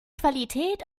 qualität